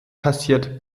passiert